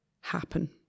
happen